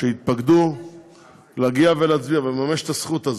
שהתפקדו להגיע ולהצביע, לממש את הזכות הזאת.